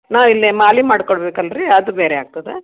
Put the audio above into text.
ನಾವಿಲ್ಲೆ ಮಾಲೆ ಮಾಡಿ ಕೊಡ್ಬೇಕಲ್ಲ ರೀ ಅದು ಬೇರೆ ಆಗ್ತದೆ